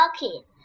lucky